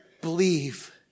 believe